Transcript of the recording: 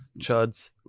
Chuds